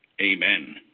amen